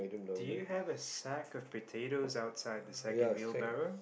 do you have a sack of potatoes outside the second wheelbarrow